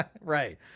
Right